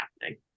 happening